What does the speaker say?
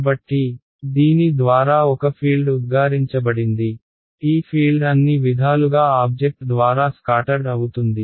కాబట్టి దీని ద్వారా ఒక ఫీల్డ్ ఉద్గారించబడింది ఈ ఫీల్డ్ అన్ని విధాలుగా ఆబ్జెక్ట్ ద్వారా స్కాటర్డ్ అవుతుంది